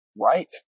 right